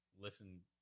listen